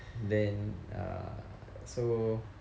then err so